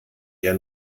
eher